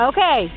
Okay